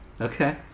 Okay